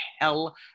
hell